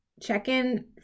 check-in